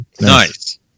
Nice